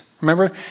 Remember